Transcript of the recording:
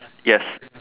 yes